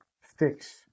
fix